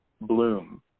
bloom